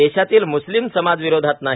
देशातील म्स्लीम समाजाविरोधात नाही